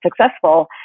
successful